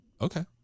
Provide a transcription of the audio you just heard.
Okay